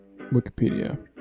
Wikipedia